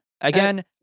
again